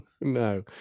No